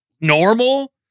normal